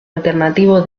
alternativo